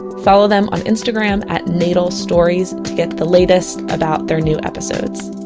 follow them on instagram at natal stories to get the latest about their new episodes